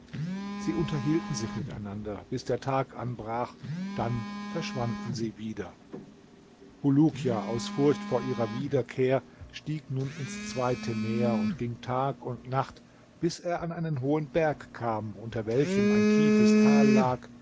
sie unterhielten sich miteinander bis der tag anbrach dann verschwanden sie wieder bulukia aus furcht vor ihrer wiederkehr stieg nun ins zweite meer und ging tag und nacht bis er an einen hohen berg kam unter welchem ein tiefes tal lag